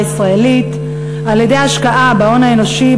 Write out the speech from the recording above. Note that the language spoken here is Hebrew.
הישראלית על-ידי השקעה בהון האנושי,